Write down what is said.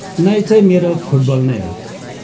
नै चाहिँ मेरो फुटबल नै हो